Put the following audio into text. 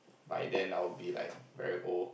by then I will be like very old